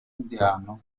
indiano